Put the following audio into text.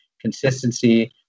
consistency